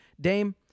Dame